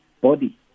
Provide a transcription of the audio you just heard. body